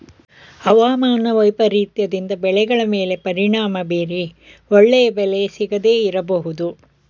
ಅವಮಾನ ವೈಪರೀತ್ಯದಿಂದ ಬೆಳೆಗಳ ಮೇಲೆ ಪರಿಣಾಮ ಬೀರಿ ಒಳ್ಳೆಯ ಬೆಲೆ ಸಿಗದೇ ಇರಬೋದು